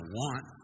want